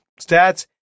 stats